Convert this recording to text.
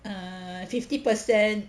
err fifty percent